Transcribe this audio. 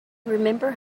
remember